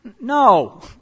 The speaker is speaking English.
No